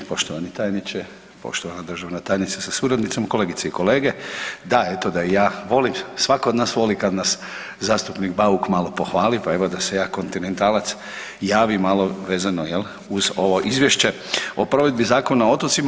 Poštovani tajniče, poštovana državna tajnica sa suradnicom, kolegice i kolege, da eto da i ja, volim svako od nas voli kad nas zastupnik Bauk malo pohvali pa evo da se ja kontinentalac javim malo vezano jel uz ovo izvješće o provedbi Zakona o otocima.